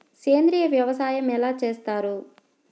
సేంద్రీయ వ్యవసాయం ఎలా చేస్తారు?